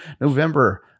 November